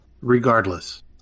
Regardless